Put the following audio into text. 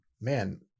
man